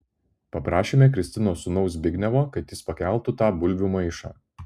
paprašėme kristinos sūnaus zbignevo kad jis pakeltų tą bulvių maišą